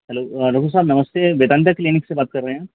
hello Raghu sir नमस्ते Vedanta clinic से बात कर रहे हैं